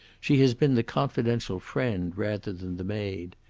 she has been the confidential friend rather than the maid.